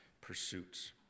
pursuits